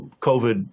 COVID